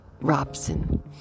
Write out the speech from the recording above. Robson